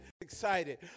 Excited